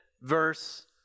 Verse